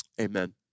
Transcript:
Amen